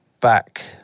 back